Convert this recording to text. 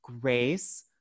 grace